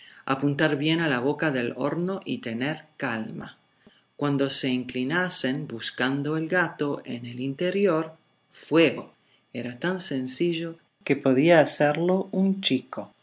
apuntar bien a la boca del horno y tener calma cuando se inclinasen buscando el gato en el interior fuego era tan sencillo que podía hacerlo un chico snto